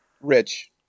Rich